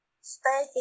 stay